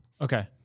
Okay